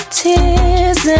tears